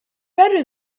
better